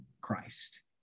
Christ